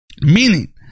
meaning